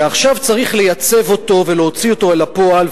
ועכשיו צריך לייצב אותו ולהוציא אותו אל הפועל,